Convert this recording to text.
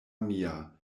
mia